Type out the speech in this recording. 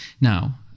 Now